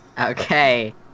okay